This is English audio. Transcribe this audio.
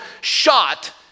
shot